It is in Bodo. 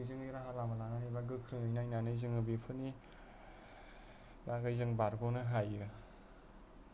थोंजोङै राहा लामा लानानै एबा गोख्रोङै नायनानै जोङो बेफोरनि बागै जोङो बारग'नो हायो